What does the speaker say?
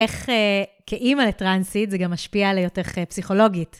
איך כאימא לטראנסית זה גם השפיע על היותך פסיכולוגית.